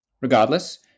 Regardless